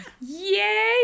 yay